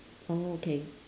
okay